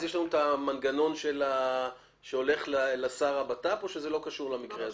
אז יש לנו את המנגנון שהולך לשר לביטחון פנים או שזה לא קשור למקרה הזה?